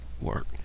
work